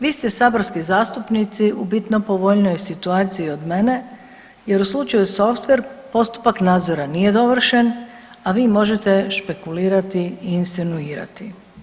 Vi ste saborski zastupnici u bitno povoljnijoj situaciji od mene jer u slučaju Softver postupak nadzora nije dovršen, a vi možete špekulirati i insinuirati.